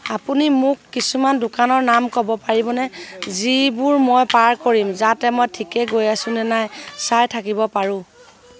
আপুনি মোক কিছুমান দোকানৰ নাম ক'ব পাৰিবনে যিবোৰ মই পাৰ কৰিম যাতে মই ঠিকে গৈ আছোনে নাই চাই থাকিব পাৰোঁ